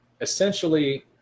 Essentially